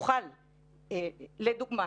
לדוגמא,